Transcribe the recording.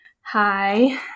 Hi